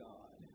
God